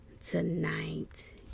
tonight